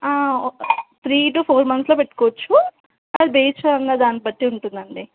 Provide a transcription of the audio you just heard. three to four మంత్స్లో పెట్టుకోవచ్చు అది బెస్ఫార్మ్ దాన్ని బట్టి ఉంటుందండి